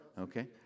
Okay